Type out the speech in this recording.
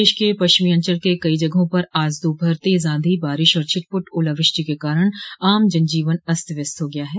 प्रदेश के पश्चिमी अंचल के कई जगहों पर आज दोपहर तेज आंधी बारिश और छिटपुट ओलावृष्टि के कारण आम जनजीवन अस्त व्यस्त हो गया है